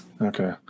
okay